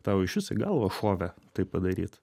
tau iš viso į galvą šovė tai padaryt